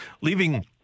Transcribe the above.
leaving